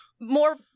More